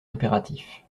impératif